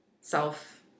self